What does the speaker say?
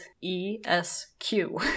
E-S-Q